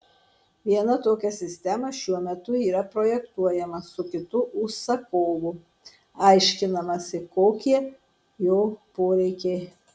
viena tokia sistema šiuo metu yra projektuojama su kitu užsakovu aiškinamasi kokie jo poreikiai